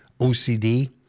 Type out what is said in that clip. OCD